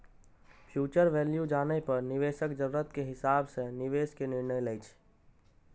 future value जानै पर निवेशक जरूरत के हिसाब सं निवेश के निर्णय लै छै